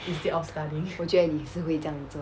我觉得你是会这样做